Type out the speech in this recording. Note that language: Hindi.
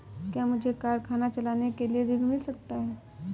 क्या मुझे कारखाना चलाने के लिए ऋण मिल सकता है?